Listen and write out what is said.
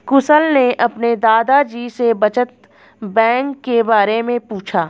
कुशल ने अपने दादा जी से बचत बैंक के बारे में पूछा